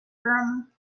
room